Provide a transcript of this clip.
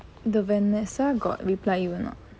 the vanessa got reply you or not